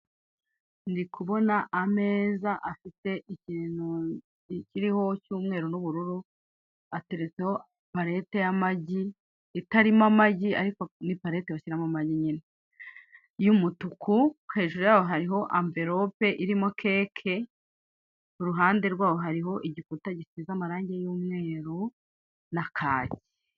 Ndi kubona ikintu kiriho cy'umweru n'ubururu ateretseho parete y'amagi itarimo amagi ariko ni parete bashyiramo amagi nyine y'umutuku hejuru yaho hariho amverope irimo keke iruhande rwaho hari igikuta gisize amarange y'umweru na kake.